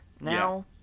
now